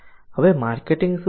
હવે માર્કેટિંગ શું છે